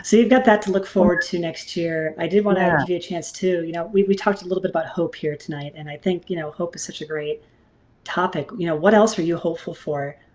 so you've got that to look forward to next year. i did want to give you a chance too you know we we talked a little bit about hope here tonight. and i think you know hope is such a great topic. you know what else are you hopeful for